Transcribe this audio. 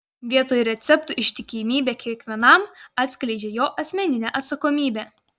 vietoj receptų ištikimybė kiekvienam atskleidžia jo asmeninę atsakomybę